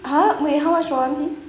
!huh! wait how much for one piece